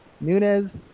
Nunez